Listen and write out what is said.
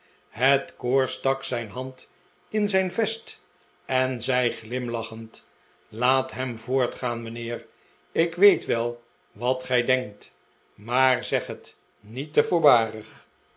het koor stak zijn hand in zijn vest en zei glimlachend laat hem voortgaan mijnheer ik weet wel wat gij denkt maar zeg het niet te voorbarig